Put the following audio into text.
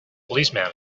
policeman